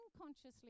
unconsciously